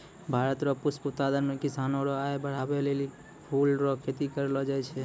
भारत रो पुष्प उत्पादन मे किसानो रो आय बड़हाबै लेली फूल रो खेती करलो जाय छै